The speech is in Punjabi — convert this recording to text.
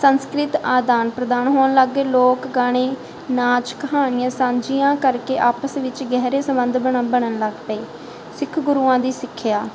ਸੰਸਕ੍ਰਿਤ ਆਦਾਨ ਪ੍ਰਦਾਨ ਹੋਣ ਲੱਗ ਗਏ ਲੋਕ ਗਾਣੇ ਨਾਚ ਕਹਾਣੀਆਂ ਸਾਂਝੀਆਂ ਕਰਕੇ ਆਪਸ ਵਿੱਚ ਗਹਿਰੇ ਸੰਬੰਧ ਬਣ ਬਣਨ ਲੱਗ ਪਏ ਸਿੱਖ ਗੁਰੂਆਂ ਦੀ ਸਿੱਖਿਆ